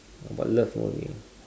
but love boring